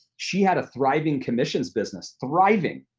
she had a thriving commissions business, thriving,